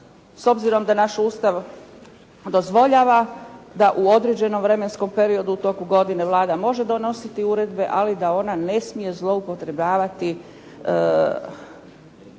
s obzirom da naš Ustav dozvoljava da u određenom vremenskom periodu u toku godine Vlada može donositi uredbe ali da ona ne smije zloupotrebljavati